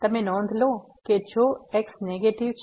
તેથી તમે નોંધ લો કે જો x નેગેટિવ છે